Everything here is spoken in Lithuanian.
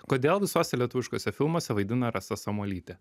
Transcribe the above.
kodėl visuose lietuviškuose filmuose vaidina rasa samuolytė